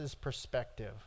perspective